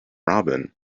robin